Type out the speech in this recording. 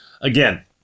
Again